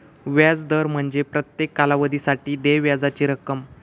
व्याज दर म्हणजे प्रत्येक कालावधीसाठी देय व्याजाची रक्कम